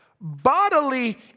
bodily